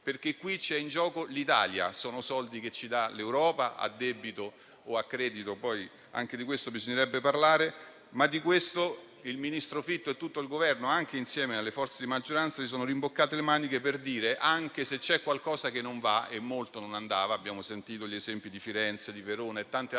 perché qui c'è in gioco l'Italia: sono soldi che ci dà l'Europa - a debito o a credito, poi, anche di questo bisognerebbe parlare - ma il ministro Fitto e tutto il Governo, insieme alle forze di maggioranza, si sono rimboccati le maniche per dire che, anche se c'è qualcosa che non va - e molto non andava, abbiamo sentito gli esempi di Firenze, di Verona e così